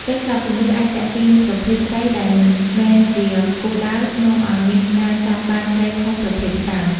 ពេលខ្លះពន្លឺអាចទាក់ទាញប្រភេទត្រីដែលមិនមែនជាគោលដៅ នាំឱ្យមានការចាប់បានត្រីខុសប្រភេទច្រើន។